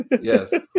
yes